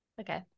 Okay